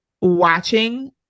watching